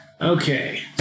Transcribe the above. Okay